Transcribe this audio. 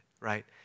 right